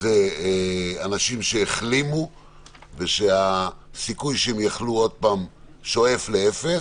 לגבי אנשים שהחלימו ושהסיכוי שהם יחלו עוד פעם שואף לאפס,